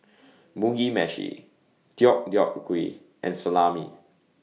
Mugi Meshi Deodeok Gui and Salami